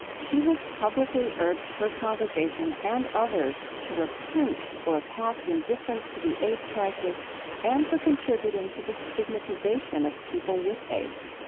she has publicly urged her congregation and others to repent for a past indifference to the aids crisis and for contributing to the stigmatization of people with aids